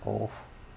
oh